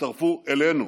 הצטרפו אלינו.